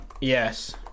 Yes